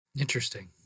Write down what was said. Interesting